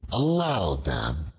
allow them,